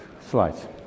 slides